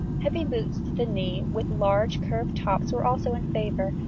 heavy boots to the knee, with large curved tops, were also in favour,